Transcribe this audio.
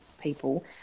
people